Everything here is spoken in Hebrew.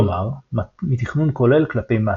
כלומר מתכנון כולל כלפי מטה.